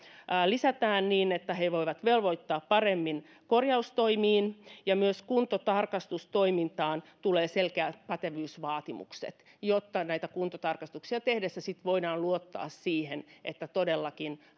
lisätään niin että he voivat velvoittaa paremmin korjaustoimiin ja myös kuntotarkastustoimintaan tulee selkeät pätevyysvaatimukset jotta näitä kuntotarkastuksia tehdessä sitten voidaan luottaa siihen että ne todellakin